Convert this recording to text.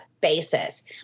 basis